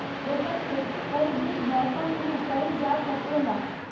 एकर खेती कोई भी मौसम मे कइल जा सके ला